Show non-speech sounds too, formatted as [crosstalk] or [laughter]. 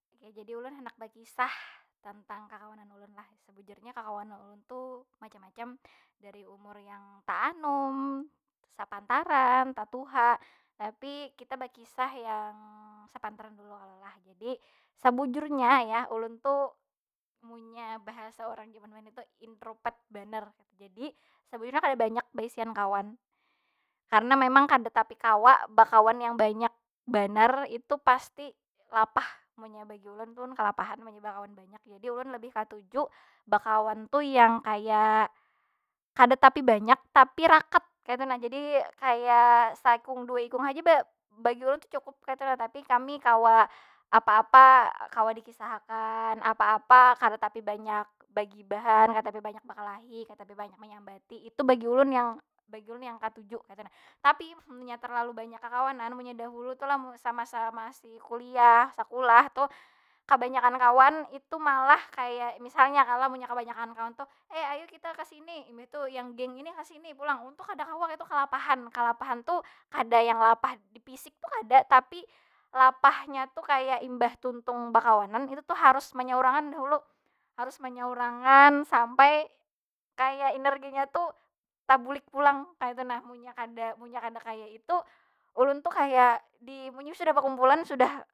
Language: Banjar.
Oke jadi ulun handak bakisah tentang kakawanan ulun lah. Sabujurnya kakawanan ulun tu macam- macam dari umur yang taanum, sapataran, tatuha. Tapi kita bakisah yang sepantaran dulu kalo lah? Jadi, sabujurnya ya ulun tu munnya bahasa urang jaman wahini tu intropet banar. Jadi sebujurnya kada banyak beisian kawan. Karena memang kada tapi kawa bakawan yang banyak banar. Itu pasti lapah munnya bagi ulun tu, ulun kalapahan [unintelligible] kawan banyak. Jadi ulun lebih katuju bakawan tu yang kaya kada tapi banyak tapi rakat kaytu nah. Jadi kaya saikung dua ikung haja ba- bagi ulun tu cukup kaytu nah. Tapi kami kawa apa- apa kawa dikisahakan. Apa- apa kada tapi banyak bagibhan. Kada tapi banyak bekelahi, kada tapi banyak menyambati. Itu bagi ulun yang, bagi ulun yang katuju kaytu nah. Tapi munnya terlalu banyak kekawanan, munnya dahulu tu lah mun masa- masa masih kuliah, sakulah, tuh kabanyakan kawan itu malah kaya, misalnya kalo munnya kabanyakan kawan tu. Ai ayu kita ka sini, imbah itu yang genk ini ka sini pulang. Ulun tu kada kawa kaytu tu kalapahan. Kalapahan tu kada yang lapah di fisik tu kada. Tapi, lapahnya tu kaya imbah tuntung bakawanan itu tu harus manyaurangan dahulu. Harus manyaurangan, sampai kaya enrginya tu tabulik pulang kaytu nah. Munnya kada, munnya kada kaya itu, ulun tu kaya, [hesitation] munnya ulun sudah bakumpulah sudah.